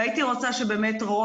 הייתי רוצה שרון,